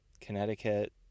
Connecticut